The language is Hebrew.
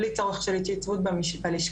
בלי צורך של התייצבות בלשכה,